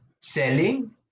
selling